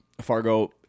fargo